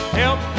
help